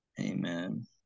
Amen